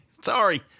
Sorry